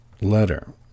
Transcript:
letter